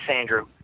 Andrew